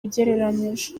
ugereranyije